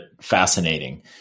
fascinating